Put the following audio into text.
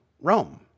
Rome